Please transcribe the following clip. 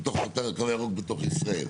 בתוך ישראל,